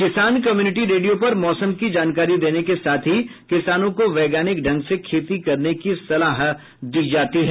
किसान community radio पर मौसम की जानकारी देने के साथ किसानों को वैज्ञानिक ढंग से खेती करने की सलाह दी जाती है